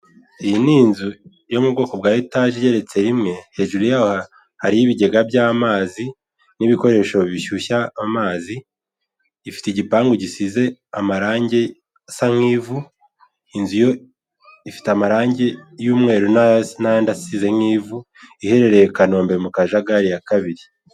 Abagabo babiri bambaye imyenda y'imikara bigaragara ko ari imyambaro ya polisi, bahagaze iruhande rw'inzu ntoya mu marembo y'ikigo cya polisi ishami rya Remera.